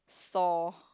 saw